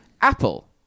Apple